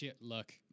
look